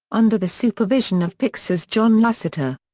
under the supervision of pixar's john lasseter.